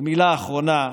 ומילה אחרונה: